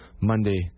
Monday